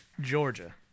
Georgia